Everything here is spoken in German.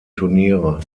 turniere